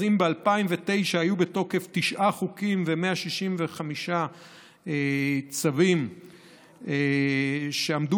אז אם ב-2009 תשעה חוקים ו-165 צווים עמדו